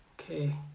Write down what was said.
Okay